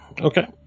Okay